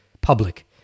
public